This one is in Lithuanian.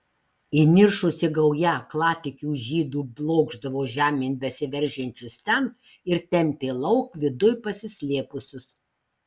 įniršusi gauja aklatikių žydų blokšdavo žemėn besiveržiančius ten ir tempė lauk viduj pasislėpusius